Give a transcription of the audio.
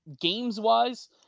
games-wise